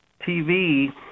TV